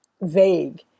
vague